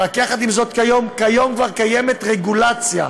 ויחד עם זאת כיום כבר קיימת רגולציה,